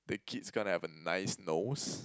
the kids gonna have a nice nose